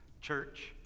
church